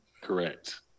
Correct